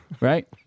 right